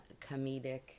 comedic